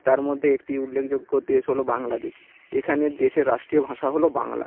তার মধ্যে একটি উল্লেখযোগ্য দেশ হলো বাংলাদেশ এখানে দেশের রাষ্ট্রীয় ভাষা হলো বাংলা